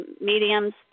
mediums